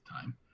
time